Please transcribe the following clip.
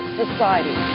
society